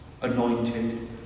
anointed